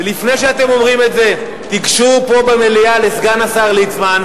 לפני שאתם אומרים את זה תיגשו פה במליאה לסגן השר ליצמן,